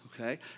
okay